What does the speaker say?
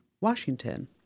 Washington